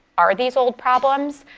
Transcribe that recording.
are these old problems?